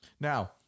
Now